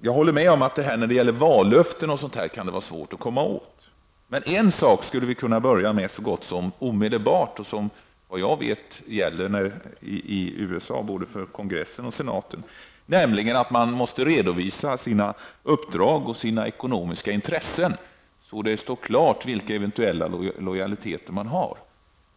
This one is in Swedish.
Jag håller med om att brutna vallöften är någonting som kan vara svårt att komma åt. Men en sak skulle vi kunna börja med så gott som omedelbart och som vad jag vet gäller i USA, både för senaten och för representanthuset, nämligen att man måste redovisa sina uppdrag och sina ekonomiska intressen, så att det står klart vilka eventuella lojaliteter man har.